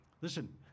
Listen